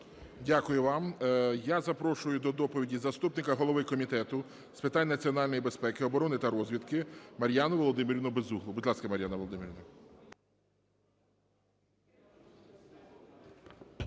Дякую вам. Я запрошую до доповіді заступника голови Комітету з питань національної безпеки, оборони та розвідки Мар'яну Володимирівну Безуглу. Будь ласка, Мар'яна Володимирівна.